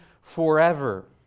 forever